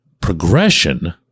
progression